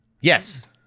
Yes